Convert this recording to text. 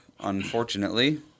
unfortunately